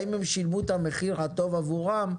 האם הם שילמו את המחיר הטוב עבורם,